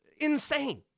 insane